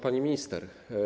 Pani Minister!